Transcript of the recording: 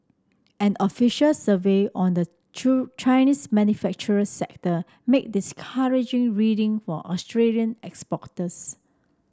an official survey on the true Chinese manufacturing sector made discouraging reading for Australian